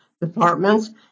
departments